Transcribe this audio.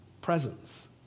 presence